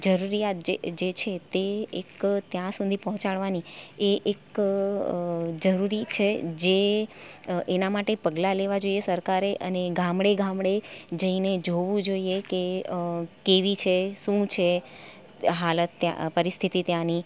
જરૂરિયાત જે છે તે એક ત્યાં સુધી પહોંચાડવાની એ એક જરૂરી છે જે એના માટે પગલાં લેવાં જોઈએ સરકારે અને ગામડે ગામડે જઈને જોવું જોઈએ કે કેવી છે શું છે હાલત ત્યાં પરિસ્થિતિ ત્યાંની